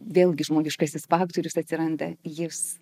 vėlgi žmogiškasis faktorius atsiranda jis